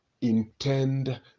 intend